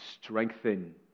strengthen